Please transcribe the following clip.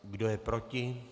Kdo je proti?